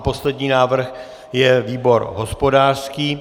Poslední návrh je výbor hospodářský.